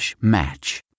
match